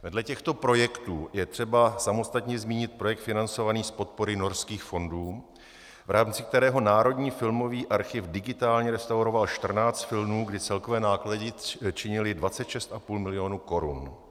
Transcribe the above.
Vedle těchto projektů je třeba samostatně zmínit projekt financovaný z podpory Norských fondů, v rámci kterého Národní filmový archív digitálně restauroval 14 filmů, kdy celkové náklady činily 26,5 milionu korun.